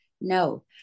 no